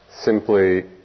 simply